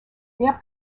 their